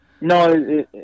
No